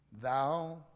Thou